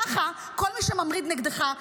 ככה כל מי שממריד נגדך,